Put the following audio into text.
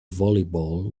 volleyball